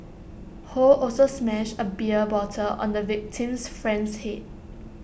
ho also smashed A beer bottle on the victim's friend's Head